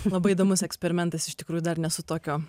labai įdomus eksperimentas iš tikrųjų dar nesu tokio